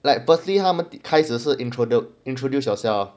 like firstly 他们的开始是 introduce introduce yourself